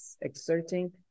exerting